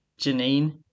janine